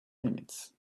limits